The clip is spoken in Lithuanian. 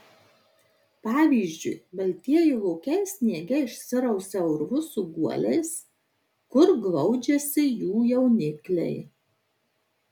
pavyzdžiui baltieji lokiai sniege išsirausia urvus su guoliais kur glaudžiasi jų jaunikliai